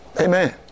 Amen